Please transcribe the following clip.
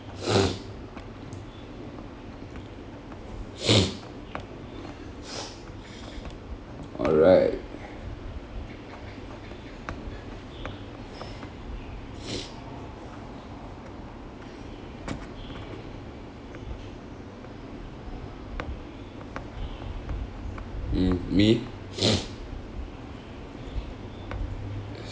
alright mm me